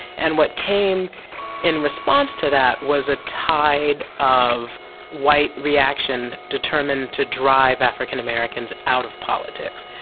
and what came in response to that was a tide of white reaction determined to drive african americans out of politics.